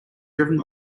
driven